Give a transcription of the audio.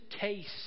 taste